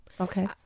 Okay